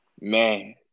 man